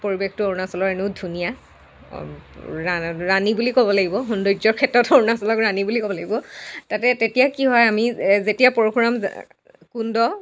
পৰিৱেশটো অৰুণাচলৰ এনেও ধুনীয়া ৰাণা ৰাণী বুলি ক'ব লাগিব সৌন্দৰ্য্যৰ ক্ষেত্ৰত অৰুণাচলক ৰাণী বুলি ক'ব লাগিব তাতে তেতিয়া কি হয় আমি যেতিয়া পৰশুৰাম কুণ্ড